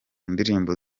ndirimbo